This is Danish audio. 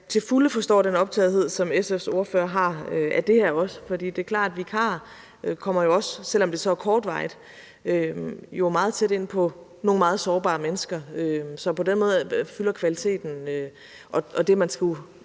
til fulde forstår den optagethed, som SF's ordfører har af det her, for det er klart, at vikarer jo også, selv om det så er kortvarigt, kommer meget tæt ind på nogle meget sårbare mennesker. På den måde fylder kvaliteten og det, man skulle